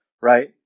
right